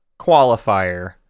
qualifier